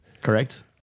Correct